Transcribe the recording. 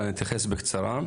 אבל אני אתייחס בקצרה.